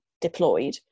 deployed